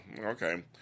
Okay